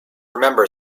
remember